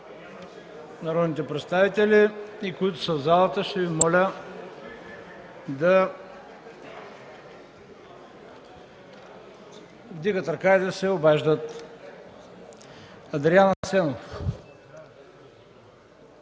народните представители и които са в залата, ще Ви моля да вдигат ръка и да се обаждат. Адриан Христов